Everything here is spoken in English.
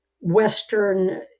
Western